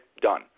done